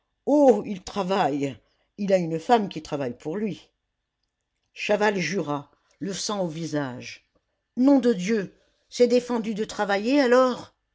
oh il travaille il a une femme qui travaille pour lui chaval jura le sang au visage nom de dieu c'est défendu de travailler alors